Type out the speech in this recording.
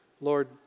Lord